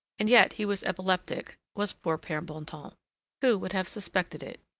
and yet he was epileptic, was poor pere bontemps. who would have suspected it?